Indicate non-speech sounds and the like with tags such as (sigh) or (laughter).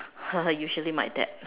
(laughs) usually my dad